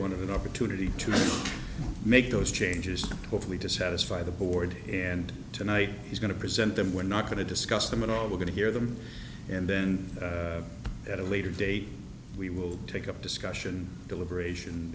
of an opportunity to make those changes hopefully to satisfy the board and tonight he's going to present them we're not going to discuss them at all we're going to hear them and then at a later date we will take up discussion deliberation